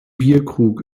bierkrug